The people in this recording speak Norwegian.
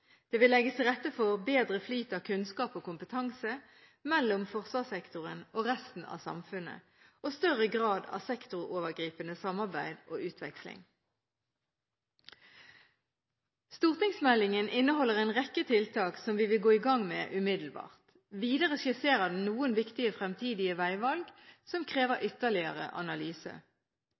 Det vil legges til rette for bedre flyt av kunnskap og kompetanse mellom forsvarssektoren og resten av samfunnet og større grad av sektorovergripende samarbeid og utveksling. Stortingsmeldingen inneholder en rekke tiltak som vi vil gå i gang med umiddelbart. Videre skisserer den noen viktige fremtidige veivalg, som krever ytterligere analyse.